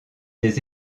des